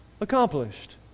accomplished